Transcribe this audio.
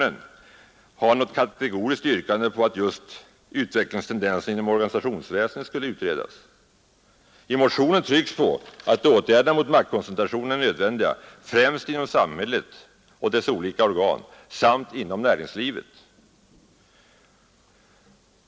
Men varken motionen eller reservationen har något kategoriskt yrkande att just utvecklingstendensen inom organisationsväsendet skulle utredas. I motionen trycks på att åtgärder mot maktkoncentrationen är nödvändiga främst inom samhället och dess olika organ samt inom näringslivet.